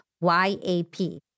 Y-A-P